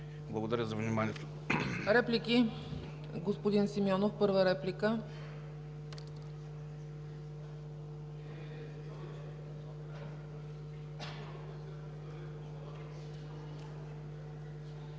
Благодаря за вниманието.